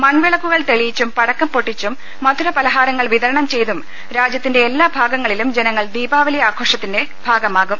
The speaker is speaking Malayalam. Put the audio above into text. മൺവിളക്കുകൾ തെളിയിച്ചും പടക്കം പൊട്ടിച്ചും മധുരപല ഹാരങ്ങൾ വിതരണം ചെയ്തും രാജ്യത്തിന്റെ എല്ലാ ഭാഗങ്ങളിലും ജനങ്ങൾ ദീപാവലി ആഘോഷത്തിന്റെ ഭാഗമാകും